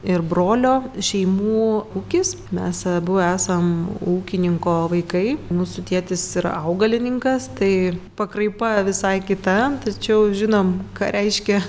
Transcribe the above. ir brolio šeimų ūkis mes abu esam ūkininko vaikai mūsų tėtis yra augalininkas tai pakraipa visai kita tačiau žinom ką reiškia